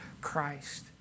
Christ